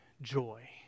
joy